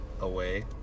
away